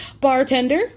Bartender